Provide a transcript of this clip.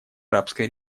арабской